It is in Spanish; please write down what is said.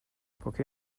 porque